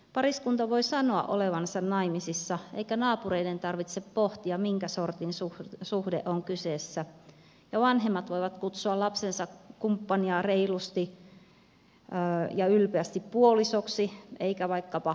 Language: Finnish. pariskunta voi sanoa olevansa naimisissa eikä naapureiden tarvitse pohtia minkä sortin suhde on kyseessä ja vanhemmat voivat kutsua lapsensa kumppania reilusti ja ylpeästi puolisoksi eikä vaikkapa kaveriksi